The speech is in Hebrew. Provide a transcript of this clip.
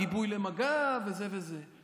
גיבוי למג"ב וזה וזה,